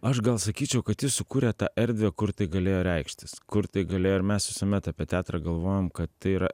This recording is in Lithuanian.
aš gal sakyčiau kad jis sukūrė tą erdvę kur tai galėjo reikštis kur tai galėjo ir mes visuomet apie teatrą galvojam kad tai yra